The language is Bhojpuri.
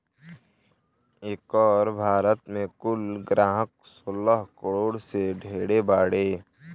एकर भारत मे कुल ग्राहक सोलह करोड़ से ढेर बारे